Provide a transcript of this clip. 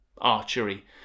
archery